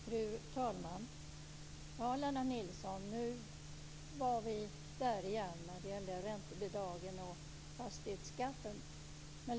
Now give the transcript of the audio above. Fru talman! Nu var vi där igen, Lennart Nilsson. Det gällde räntebidragen och fastighetsskatten.